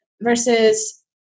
versus